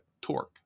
torque